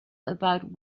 about